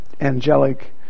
angelic